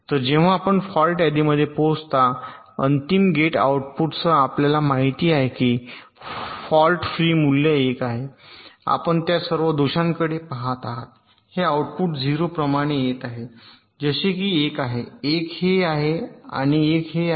तर जेव्हा आपण फॉल्ट यादीमध्ये पोहोचता अंतिम गेट आउटपुट आपल्याला माहिती आहे की फॉल्ट फ्री मूल्य 1 आहे आपण त्या सर्व दोषांकडे पहात आहात हे आऊटपुट 0 प्रमाणे येत आहे जसे की हे एक आहे एक हे आहे आणि एक हे आहे